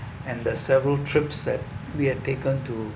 and the several trips that we had taken to